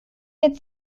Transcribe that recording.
wird